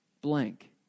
blank